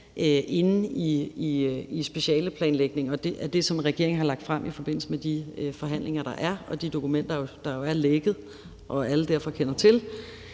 ligger i specialeplanlægningen, og det, som regeringen har lagt frem i forbindelse med de forhandlinger, der er, og de dokumenter, der jo er lækket, og som alle derfor kender til.